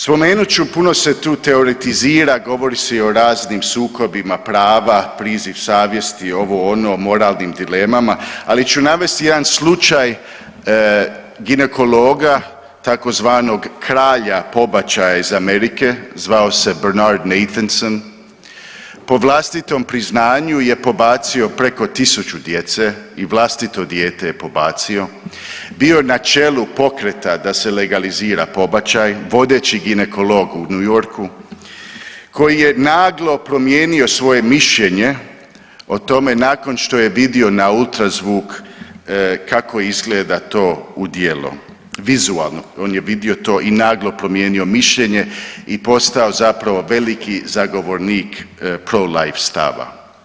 Spomenut ću, puno se tu teoretizira, govori se i o raznim sukobima prava, priziv savjesti, ovo, ono, moralnim dilemama, ali ću navesti jedan slučaj ginekologa tzv. kralja pobačaja iz Amerike, zvao se Bernard Natelson, po vlastitom priznaju je pobacio preko 1000 djece i vlastito dijete je pobacio, bio je na čelu pokreta da se legalizira pobačaj, vodeći ginekolog u New Yorku koji je naglo promijenio svoje mišljenje o tome nakon što je vidio na ultrazvuk kako izgleda to u djelo, vizualno, on je vidio to i naglo promijenio mišljenje i postao zapravo veliki zagovornik pro-life stava.